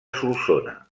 solsona